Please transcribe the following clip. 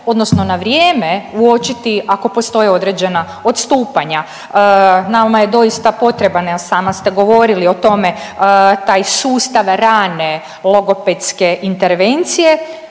odnosno na vrijeme uočiti ako postoje određena odstupanja. Nama je doista potreban, a sama ste govorili o tome taj sustav rane logopedske intervencije,